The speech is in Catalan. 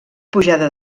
pujada